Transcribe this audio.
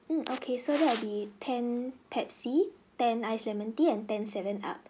mm okay so that will be ten pepsi ten ice lemon tea and ten seven up